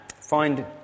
find